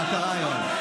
מה קרה היום?